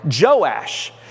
Joash